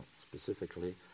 specifically